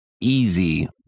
easy